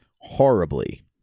horribly